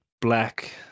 black